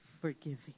forgiving